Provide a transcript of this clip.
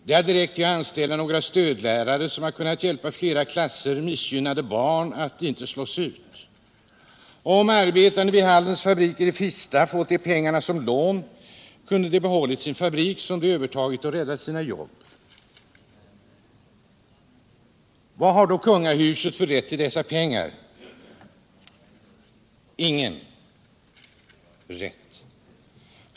De hade räckt till att anställa några stödlärare som kunnat hjälpa flera klasser missgynnade barn att inte slås ut. Om arbetarna vid Haldens fabriker i Fritsla fått de pengarna som lån, kunde de behållit sin fabrik, som de övertagit, och räddat sina jobb. Vad har kungahuset för rätt till dessa pengar? Ingen.